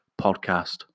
Podcast